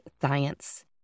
science